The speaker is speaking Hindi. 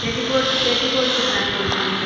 पेटीपोट पेटीकोट कितना सिलना है